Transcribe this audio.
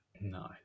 No